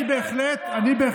אני בעד, מה השאלה?